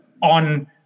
on